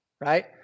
right